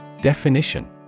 Definition